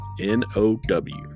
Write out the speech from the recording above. N-O-W